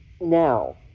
Now